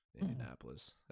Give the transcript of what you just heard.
Indianapolis